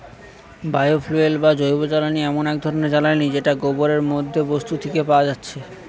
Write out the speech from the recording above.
bio fuel বা জৈবজ্বালানি এমন এক ধরণের জ্বালানী যেটা গোবরের মতো বস্তু থিকে পায়া যাচ্ছে